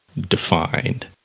defined